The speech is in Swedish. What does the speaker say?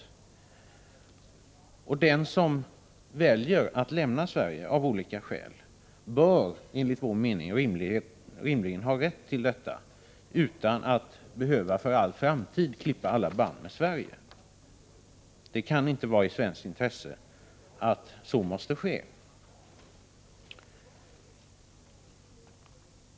Den som av olika skäl väljer att lämna Sverige bör enligt vår mening rimligen ha rätt till detta utan att behöva för all framtid klippa av alla band med Sverige. Det kan inte vara i Sveriges intresse att så måste ske.